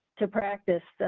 to practice,